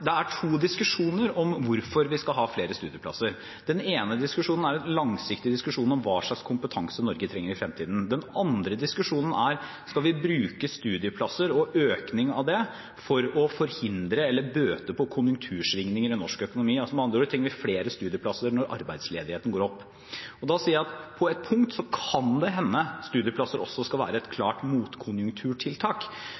to diskusjoner om hvorfor vi skal ha flere studieplasser. Den ene diskusjonen er en langsiktig diskusjon om hva slags kompetanse Norge trenger i fremtiden. Den andre diskusjonen er om vi skal bruke studieplasser og økning av det for å forhindre eller bøte på konjunktursvingninger i norsk økonomi. Med andre ord: Trenger vi flere studieplasser når arbeidsledigheten går opp? Da sier jeg at på et punkt kan det hende at studieplasser også skal være et klart motkonjunkturtiltak,